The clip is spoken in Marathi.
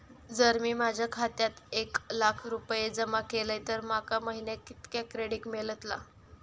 जर मी माझ्या खात्यात एक लाख रुपये जमा केलय तर माका महिन्याक कितक्या क्रेडिट मेलतला?